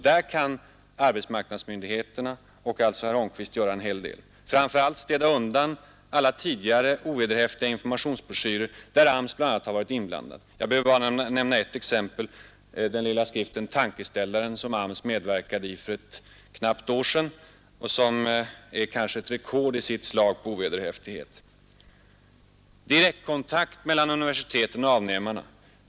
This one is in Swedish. Där kan arbetsmarknadsmyndigheterna och herr Holmqvist göra en hel del. Framför allt kan de städa undan alla tidigare ovederhäftiga informationsbroschyrer, där AMS bl.a. var inblandad. Jag behöver bara nämna ett exempel, den lilla skriften Tankeställaren, som AMS medverkade i för knappt ett år sedan och som kanske är ett rekord i sitt slag i ovederhäftighet. Direkt kontakt måste etableras mellan universiteten och avnämarna.